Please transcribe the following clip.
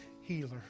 healer